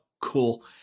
Cool